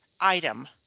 item